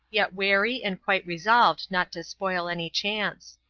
yet wary and quite resolved not to spoil any chance.